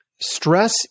Stress